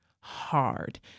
hard